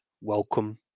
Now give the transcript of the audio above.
welcome